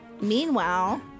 Meanwhile